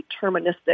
deterministic